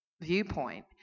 viewpoint